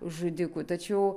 žudikų tačiau